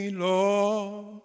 Lord